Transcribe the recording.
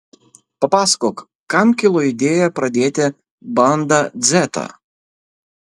papasakok kam kilo idėja pradėti banda dzetą